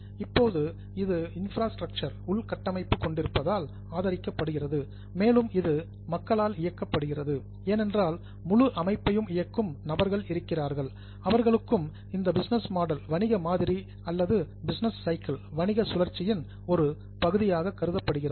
இப்போது இது இன்ஃப்ராஸ்ட்ரக்சர் உள்கட்டமைப்பு கொண்டிருப்பதால் ஆதரிக்க படுகிறது மேலும் இது மக்களால் இயக்கப்படுகிறது ஏனென்றால் முழு அமைப்பையும் இயக்கும் நபர்கள் இருக்கிறார்கள் அவர்களும் இந்த பிசினஸ் மாடல் வணிக மாதிரி அல்லது பிசினஸ் சைக்கிள் வணிக சுழற்சியின் ஒரு பகுதியாக கருதப்படுகிறார்கள்